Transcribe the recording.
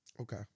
Okay